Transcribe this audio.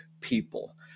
people